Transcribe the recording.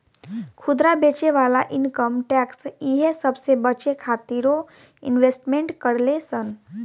खुदरा बेचे वाला इनकम टैक्स इहे सबसे बचे खातिरो इन्वेस्टमेंट करेले सन